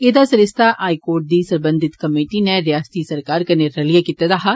एह्दा सरिस्ता high court दी सरबंधित कमेटी नै रियास्ती सरकार कन्नै रलियै कीते दा हा